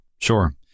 Sure